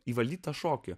įvaldytą šokį